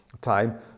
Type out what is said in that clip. time